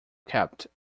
kept